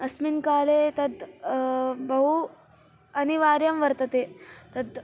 अस्मिन् काले तद् बहु अनिवार्यं वर्तते तत्